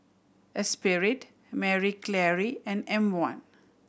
Espirit Marie Claire and M One